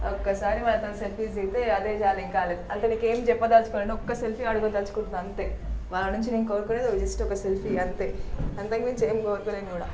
ఒక్కసారి వాళ్ళతో సెల్ఫీస్ దిగితే అదే చాలు ఇంక వాళ్ళతో ఇంకేం చెప్పదలుచుకోలేదు ఒక్క సెల్ఫీ అడగతలుచుకుంటున్నాను అంతే వాళ్ళనుంచి నేను కోరుకునేది జస్ట్ ఒక సెల్ఫీ అంతే అంతకుమించి ఏం కోరుకోలేను కూడా